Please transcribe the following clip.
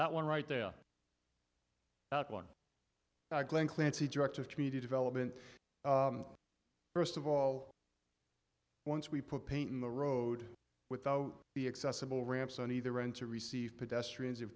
that one right there one glenn clancy director of community development first of all once we put paint in the road without the accessible ramps on either end to receive pedestrians